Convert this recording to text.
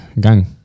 gang